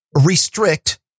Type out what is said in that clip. restrict